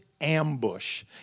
ambush